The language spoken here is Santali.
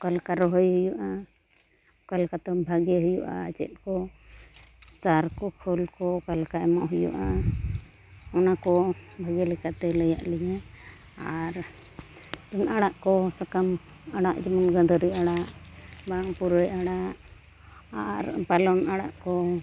ᱚᱠᱟ ᱞᱮᱠᱟ ᱨᱚᱦᱚᱭ ᱦᱩᱭᱩᱜᱼᱟ ᱚᱠᱟ ᱞᱮᱠᱟᱛᱮ ᱵᱷᱟᱜᱮ ᱦᱩᱭᱩᱜᱼᱟ ᱪᱮᱫ ᱠᱚ ᱥᱟᱨ ᱠᱚ ᱠᱷᱳᱞ ᱠᱚ ᱚᱠᱟ ᱞᱮᱠᱟ ᱮᱢᱚᱜ ᱦᱩᱭᱩᱜᱼᱟ ᱚᱱᱟ ᱠᱚ ᱵᱷᱟᱜᱮ ᱞᱮᱠᱟᱛᱮᱭ ᱞᱟᱹᱭᱟᱜ ᱞᱤᱧᱟ ᱟᱨ ᱟᱲᱟᱜ ᱠᱚ ᱥᱟᱠᱟᱢ ᱟᱟᱲᱟᱜ ᱡᱮᱢᱚᱱ ᱜᱟᱺᱫᱷᱟᱹᱨᱤ ᱟᱲᱟᱜ ᱵᱟᱝ ᱯᱩᱨᱟᱹᱭ ᱟᱲᱟᱜ ᱟᱨ ᱯᱟᱞᱚᱱ ᱟᱲᱟᱜ ᱠᱚ